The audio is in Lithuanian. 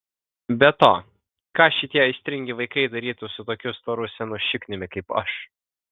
be to ką šitie aistringi vaikai darytų su tokiu storu senu šikniumi kaip aš